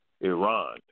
Iran